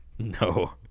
No